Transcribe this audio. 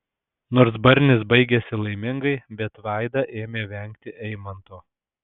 nors barnis baigėsi laimingai bet vaida ėmė vengti eimanto